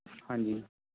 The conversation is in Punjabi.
ਹਾਂਜੀ